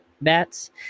bats